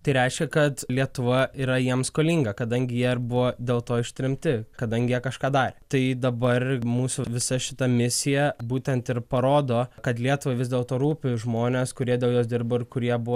tai reiškia kad lietuva yra jiems skolinga kadangi jie ir buvo dėl to ištremti kadangi jie kažką darė tai dabar mūsų visa šita misija būtent ir parodo kad lietuvai vis dėlto rūpi žmonės kurie dėl jos dirbo ir kurie buvo